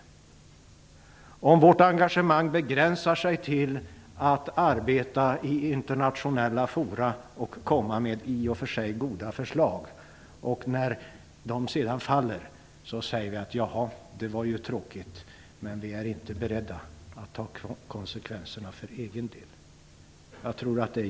Det är djupt olyckligt om vårt engagemang begränsar sig till att arbeta i internationella fora och komma med i och för sig goda förslag. När dessa sedan faller säger vi: Jaha, det var ju tråkigt. Men vi är inte beredda att ta konsekvenserna för egen del.